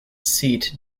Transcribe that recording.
seat